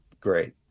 great